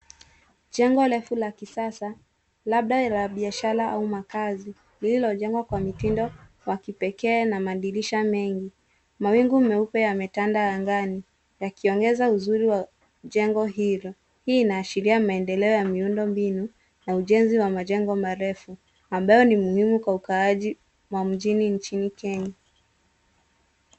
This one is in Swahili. Jengo refu la kisasa labda la bishara au makazi lilojengwa kwa mitindo wa kipekee na madirisha mengi. Mawingu meupe yametanda angani yakiongeza uzuri wa jengo hilo. Hii inaashiria maendeleo ya miundo mbinu ya ujenzi wa majengo marefu ambayo ni muhimu kwa ukaaji wa mjini nchini Kenya.